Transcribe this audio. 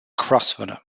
grosvenor